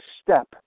step